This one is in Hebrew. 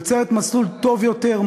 ויוצרת מסלול טוב יותר,